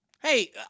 Hey